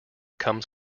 comes